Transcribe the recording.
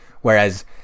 whereas